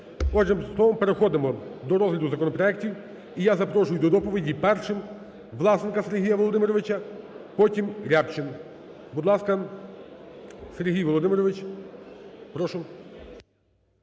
Отже, словом, переходимо до розгляду законопроектів. І я запрошую до доповіді першим Власенка Сергія Володимировича, потім – Рябчин. Будь ласка, Сергій Володимирович, прошу.